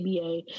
ABA